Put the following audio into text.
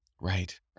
Right